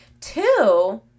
Two